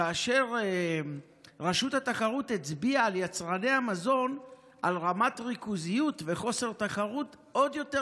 כאשר רשות התחרות הצביעה על רמת ריכוזיות וחוסר תחרות אצל יצרני המזון,